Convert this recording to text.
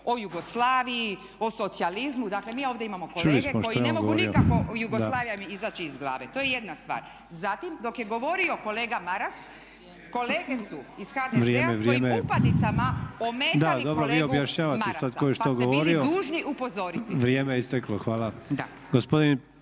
o Jugoslaviji, o socijalizmu. Dakle, mi ovdje imamo kolege kojim ne mogu nikako Jugoslavija izaći iz glave. To je jedna stvar. Zatim, dok je govorio kolega Maras kolege su iz HDZ-a svojim upadicama ometali kolegu Marasa. **Sanader, Ante (HDZ)** Da dobro, vi